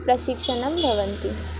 प्रशिक्षणं भवति